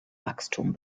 wachstum